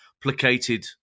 placated